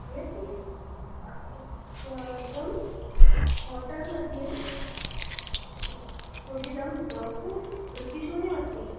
यत् अस्तु त्वं होटेल्मध्ये क्वथितं बहु वृत्तिशून्यास्ति